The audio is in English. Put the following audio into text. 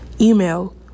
Email